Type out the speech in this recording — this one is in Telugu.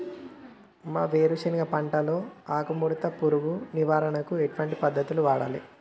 మా వేరుశెనగ పంటలో ఆకుముడత పురుగు నివారణకు ఎటువంటి పద్దతులను వాడాలే?